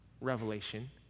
revelation